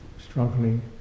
struggling